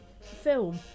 film